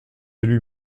élu